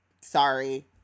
sorry